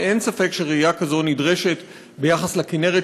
ואין ספק שראייה כזאת נדרשת ביחס לכינרת,